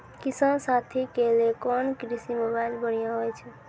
किसान साथी के लिए कोन कृषि मोबाइल बढ़िया होय छै?